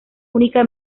única